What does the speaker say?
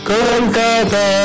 Kolkata